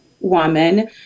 woman